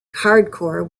hardcore